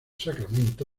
sacramento